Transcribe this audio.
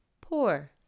poor